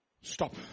Stop